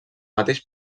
mateix